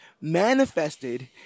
manifested